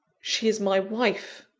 she is my wife!